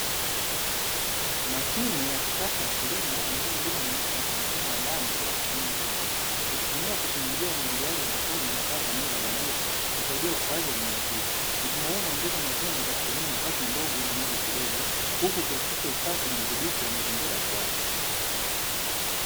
Mashine ya kisasa ya kilimo inayolima mimea kwa mfumo wa ndani bila kutumia udongo, ikitumia teknolojia ya umwagiliaji wa matone na taa za mwanga wa bandia, kusaidia ukuaji wa mimea hii, mfumo huu unaongeza mavuna kwa kutumia nafasi ndogo na maji kidogo, huku ukihakikisha usafi na udhibiti wa mazingira ya ukuaji.